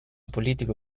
politico